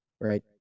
right